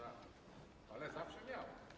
Ale zawsze miał.